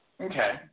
Okay